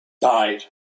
died